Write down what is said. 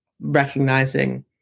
recognizing